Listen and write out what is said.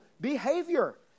behavior